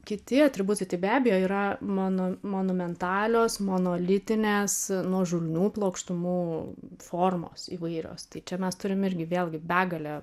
kiti atributai tai be abejo yra mono monumentalios monolitinės nuožulnių plokštumų formos įvairios tai čia mes turim irgi vėlgi begalę